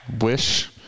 wish